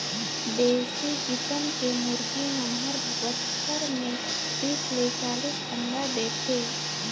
देसी किसम के मुरगी मन हर बच्छर में तीस ले चालीस अंडा देथे